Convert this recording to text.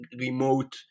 remote